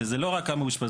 וזה לא רק כמה מאושפזים,